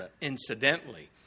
incidentally